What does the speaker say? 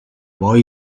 boy